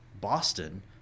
Boston